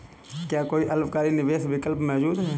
क्या कोई अल्पकालिक निवेश विकल्प मौजूद है?